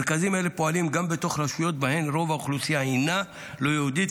מרכזים אלה פועלים גם בתוך רשויות שבהן רוב האוכלוסייה הינה לא יהודית,